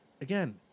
again